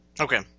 Okay